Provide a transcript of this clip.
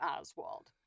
Oswald